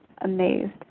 amazed